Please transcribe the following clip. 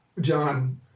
John